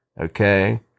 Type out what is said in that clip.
okay